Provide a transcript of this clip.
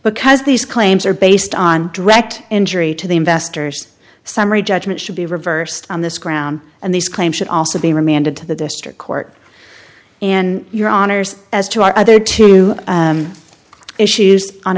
because these claims are based on direct injury to the investors summary judgment should be reversed on this ground and these claims should also be remanded to the district court in your honour's as to our other two issues on